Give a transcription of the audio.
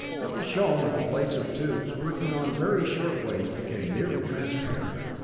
it was shown that the plates of tubes working on very short waves became nearly transparent.